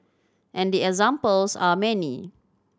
and the examples are many